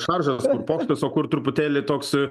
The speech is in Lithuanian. šaržas kur pokštas o kur truputėlį toks